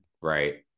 right